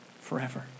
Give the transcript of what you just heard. forever